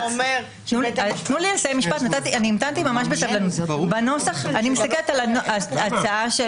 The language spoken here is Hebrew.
אני מסתכלת על הנוסח של